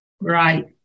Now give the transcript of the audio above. Right